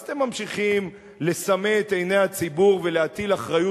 אז אתם ממשיכים לסמא את עיני הציבור ולהטיל אחריות